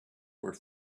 were